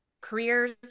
careers